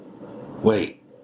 Wait